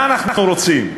מה אנחנו רוצים,